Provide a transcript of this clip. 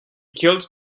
killed